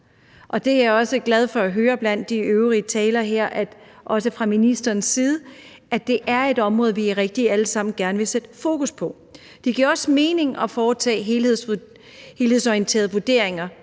Jeg er også glad for at høre fra de øvrige talere her og også fra ministeren, at det er et område, vi alle sammen rigtig gerne vil sætte fokus på. Det giver også mening at foretage helhedsorienterede vurderinger